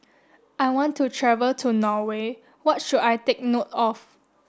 I want to travel to Norway what should I take note of